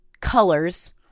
colors